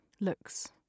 looks